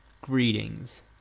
Greetings